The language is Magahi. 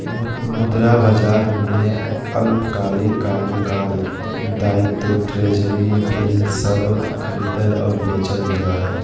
मुद्रा बाजार में अल्पकालिक कार्यकाल दायित्व ट्रेज़री बिल सब खरीदल और बेचल जा हइ